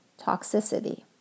toxicity